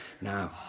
Now